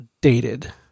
dated